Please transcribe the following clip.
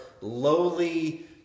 lowly